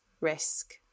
risk